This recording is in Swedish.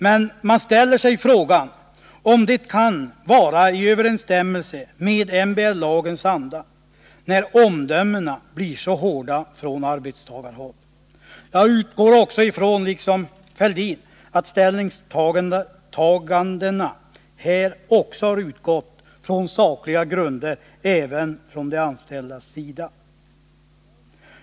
Men man ställer sig frågan om det kan vara i överensstämmelse med MBL:s anda när omdömena blir så hårda från arbetstagarhåll. Jag förutsätter, liksom Thorbjörn Fälldin, att ställningstagandena har utgått från sakliga grunder även från de anställdas sida.